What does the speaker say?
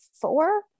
four